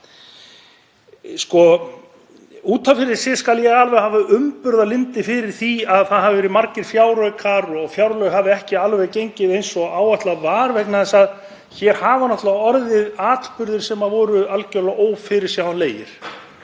Út af fyrir sig skal ég alveg hafa umburðarlyndi fyrir því að það hafa verið margir fjáraukar og að fjárlög hafi ekki alveg gengið eins og áætlað var vegna þess að hér hafa náttúrlega orðið atburðir sem voru algjörlega ófyrirsjáanlegir